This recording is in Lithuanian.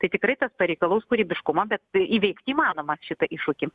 tai tikrai tas pareikalaus kūrybiškumo bet įveikti įmanoma šitą iššūkį